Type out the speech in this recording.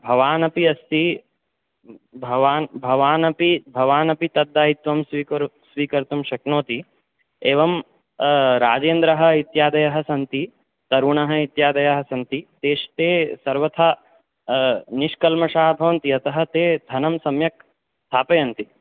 भवानपि अस्ति भवान् भवानपि भवानपि तद्दायत्वं स्वीकरु स्वीकर्तुं शक्नोति एवं राजेन्द्रः इत्यादयः सन्ति तुरुणः इत्यादयः सन्ति ते सर्वथा निष्कल्मषाः भवन्ति अतः ते धनं सम्यक् स्थापयन्ति